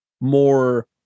more